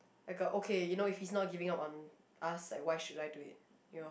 like okay you know he's not giving up on ask what should I do it